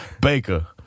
Baker